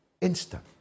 instant